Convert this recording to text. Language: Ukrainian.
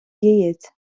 яєць